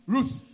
Ruth